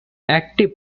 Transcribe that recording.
active